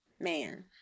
Man